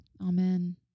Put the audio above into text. amen